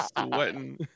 Sweating